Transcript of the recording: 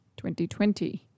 2020